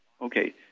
Okay